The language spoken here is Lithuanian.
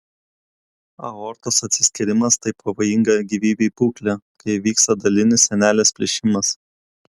aortos atsiskyrimas tai pavojinga gyvybei būklė kai įvyksta dalinis sienelės plyšimas